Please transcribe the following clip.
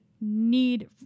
need